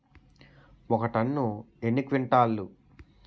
ఒక టన్ను ఎన్ని క్వింటాల్లు?